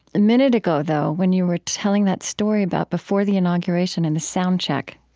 a minute ago, though, when you were telling that story about before the inauguration and the sound check,